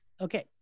okay